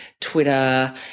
Twitter